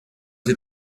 sie